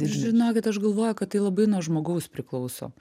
žinokit aš galvoju kad tai labai nuo žmogaus priklauso